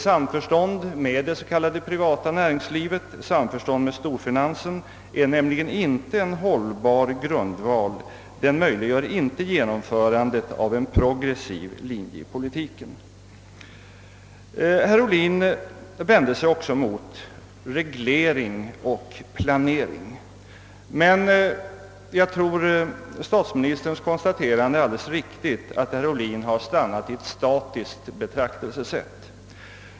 Samförstånd med det s.k. privata nöringslivet, samförstånd med storfinansen är nämligen inte en hållbar grundval. Det möjliggör inte genomförandet av en progressiv linje i politiken. Herr Ohlin vände sig också mot reglering och planering, men jag tror statsministerns konstaterande är allde les riktigt, att herr Ohlin har stannat i ett statiskt betraktelsesätt.